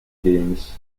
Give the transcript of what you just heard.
games